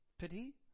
Pity